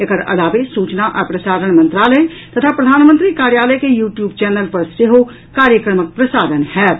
एकर अलावे सूचना आ प्रसारण मंत्रालय तथा प्रधानमंत्री कार्यालय के यू ट्यूब चैनल पर सेहो कार्यक्रमक प्रसारण होयत